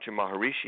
Maharishi